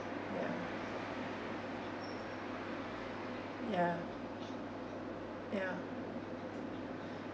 ya ya ya